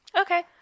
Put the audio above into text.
Okay